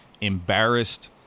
embarrassed